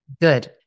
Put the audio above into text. Good